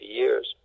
years